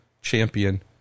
champion